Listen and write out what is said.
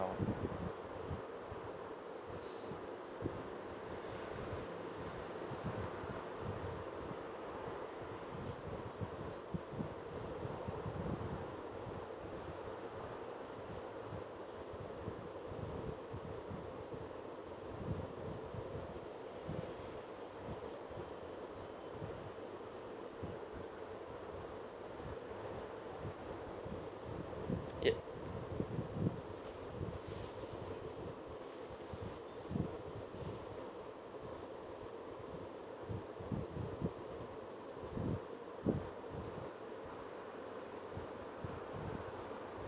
all s~ yup